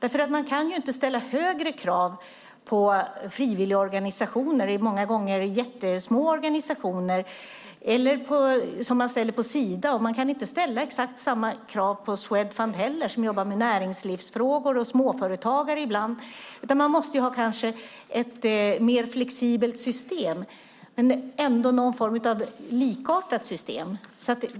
Man kan nämligen inte ställa lika höga krav på frivilligorganisationer - det är många gånger jättesmå organisationer - som man ställer på Sida. Man kan inte heller ställa exakt samma krav på Swedfund som jobbar med näringslivsfrågor och småföretagare ibland. Man måste kanske ha ett mer flexibelt system men ändå någon form av likartat system.